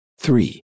three